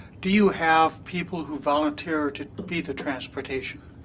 do you have people who volunteer to to be the transportation?